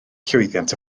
llwyddiant